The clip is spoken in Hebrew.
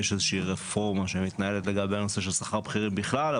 יש איזושהי רפורמה שמתנהלת לגבי הנושא של שכר בכירים בכלל.